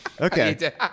Okay